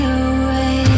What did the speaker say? away